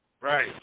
Right